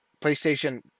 playstation